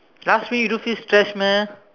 last week you to physics test meh